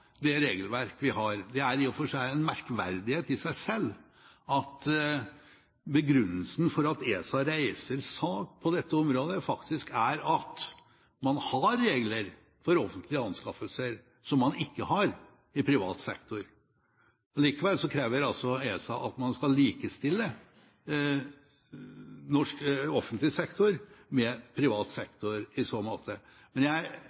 det regelverket vi har. Det er i og for seg en merkverdighet i seg selv at begrunnelsen for at ESA reiser sak på dette området, faktisk er at man har regler for offentlige anskaffelser, noe man ikke har i privat sektor. Likevel krever ESA at man skal likestille norsk offentlig sektor med privat sektor i så måte. Jeg